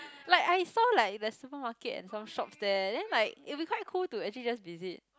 like I saw like the supermarket and some shops there then like it'll be quite cool to actually just visit